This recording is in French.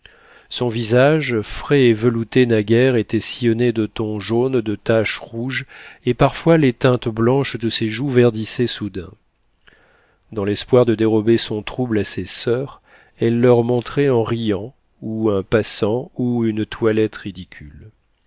son visage frais et velouté naguère était sillonné de tons jaunes de taches rouges et parfois les teintes blanches de ses joues verdissaient soudain dans l'espoir de dérober son trouble à ses soeurs elle leur montrait en riant ou un passant ou une toilette